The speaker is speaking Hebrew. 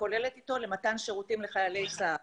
הכוללת איתו למתן שירותים לחיילי צה"ל.